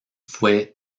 fue